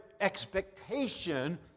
expectation